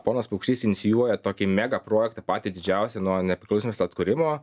ponas paukštys insijuoja tokį megaprojektą patį didžiausią nuo nepriklausmės atkūrimo